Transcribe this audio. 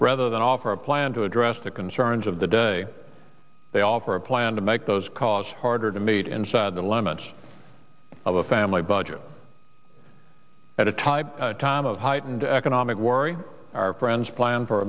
rather than offer a plan to address the concerns of the day they offer a plan to make those calls harder to meet inside the limits of a family budget at a time time of heightened economic worry our friends plan for